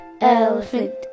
Elephant